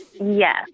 Yes